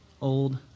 old